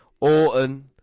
Orton